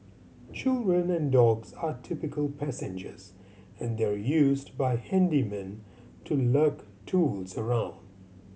children and dogs are typical passengers and they're used by handymen to lug tools around